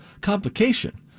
complication